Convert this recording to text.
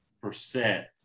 percent